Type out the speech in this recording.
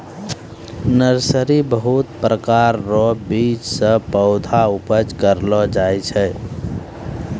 nursery बहुत प्रकार रो बीज से पौधा उपज करलो जाय छै